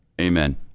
Amen